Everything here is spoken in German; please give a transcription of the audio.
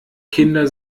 kinder